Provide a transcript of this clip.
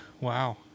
wow